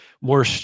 more